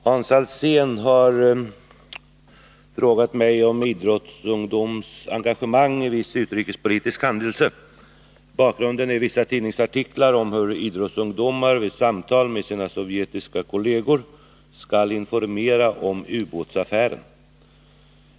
Herr talman! Hans Alsén har frågat mig om idrottsungdoms engagemang i viss utrikespolitisk händelse. Bakgrunden är vissa tidningsartiklar om hur idrottsungdomar vid samtal med sina sovjetiska kolleger skall informera om ubåtsaffären.